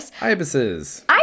Ibises